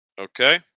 Okay